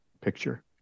picture